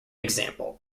example